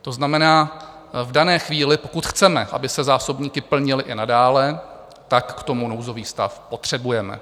To znamená v dané chvíli, pokud chceme, aby se zásobníky plnily i nadále, tak k tomu nouzový stav potřebujeme.